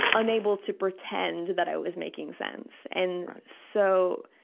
unable to pretend that i was making sense. and so